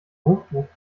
hochdruck